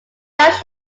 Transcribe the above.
ships